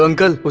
um girl